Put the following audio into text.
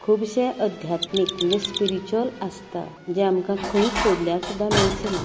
खुबशे अध्यात्मीक म्हणजे स्पिरिच्यूअल आसता जें आमकां खंयच सोदल्यार सुद्दां मेळचेना